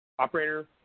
Operator